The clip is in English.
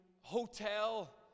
hotel